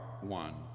one